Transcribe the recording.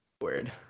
Weird